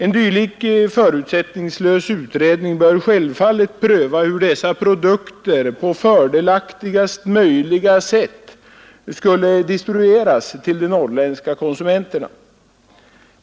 En dylik förutsättningslös utredning bör självfallet pröva hur dessa produkter på fördelaktigaste möjliga sätt skulle distribueras till de norrländska konsumenterna.